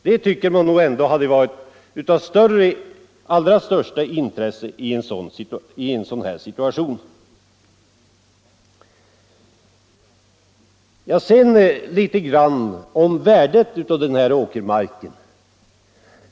Det tycker man ändå hade varit av allra största intresse i en sådan här situation. Sedan vill jag anföra något om värdet av den här åkermarken.